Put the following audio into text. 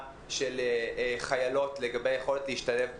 של חיילות לגבי היכולת להשתלב בסיירות,